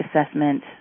assessment